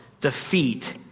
defeat